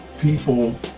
people